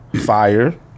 fire